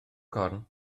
corn